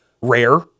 rare